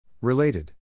Related